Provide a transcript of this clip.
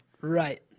Right